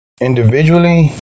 individually